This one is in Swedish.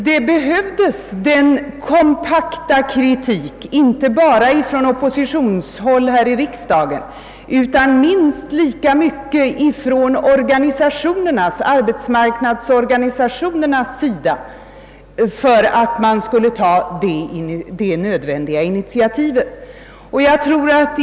Det behövdes dock en kompakt kritik inte bara från oppositionshåll här i riksdagen utan minst lika mycket från — arbetsmarknadsorganisationerna för att detta nödvändiga initiativ skulle tas.